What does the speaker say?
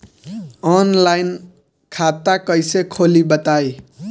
Online खाता कइसे खोली बताई?